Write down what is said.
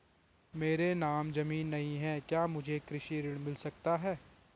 मेरे नाम ज़मीन नहीं है क्या मुझे कृषि ऋण मिल सकता है?